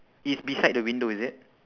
it's beside the window is it